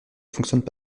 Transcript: fonctionne